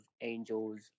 angels